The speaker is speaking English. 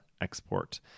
Export